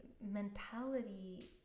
mentality